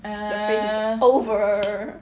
the phase is over